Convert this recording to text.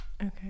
Okay